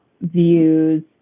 views